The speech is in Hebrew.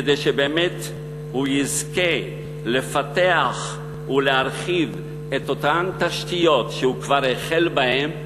כדי שהוא באמת יזכה לפתח ולהרחיב את אותן תשתיות שהוא כבר החל בהן,